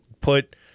put